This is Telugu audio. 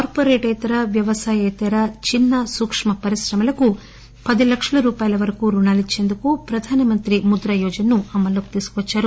కార్పొరేట్ ఇతర వ్యవసాయేతర చిన్స సూక్కు పరిశ్రమలకు పది లక్షల రూపాయల వరకు రుణాలు ఇచ్చేందుకు ప్రధాన మంత్రి ముద్రా యోజన ను అమల్లోకి తీసుకువద్చారు